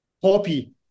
copy